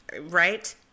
Right